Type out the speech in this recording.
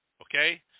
okay